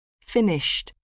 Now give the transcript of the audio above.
finished